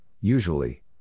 usually